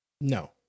No